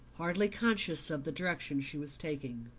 hardly conscious of the direction she was taking.